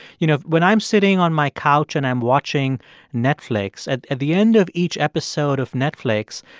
you know, when i'm sitting on my couch and i'm watching netflix, at at the end of each episode of netflix,